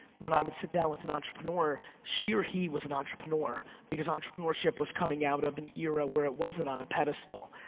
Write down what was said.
when i would sit down with an entrepreneur, she or he was an entrepreneur because entrepreneurship was coming out of an era where it wasn't on a pedestal.